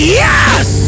yes